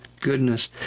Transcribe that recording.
goodness